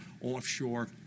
offshore